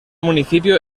municipio